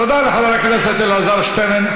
תודה לחבר הכנסת אלעזר שטרן.